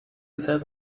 says